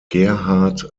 gerhard